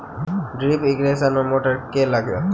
Drip irrigation मे motor केँ लागतै?